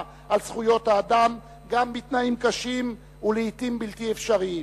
על זכויות האדם גם בתנאים קשים ולעתים בלתי אפשריים.